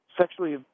sexually